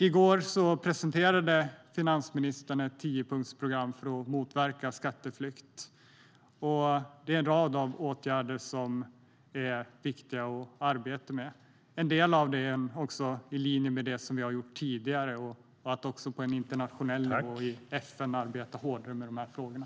I går presenterade finansministern ett tiopunktsprogram för att motverka skatteflykt. Det är en rad av åtgärder som är viktiga att arbeta med. En del av dem är i linje med det som vi har gjort tidigare. Det gäller också att på internationell nivå i FN arbeta hårdare med de här frågorna.